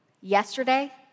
yesterday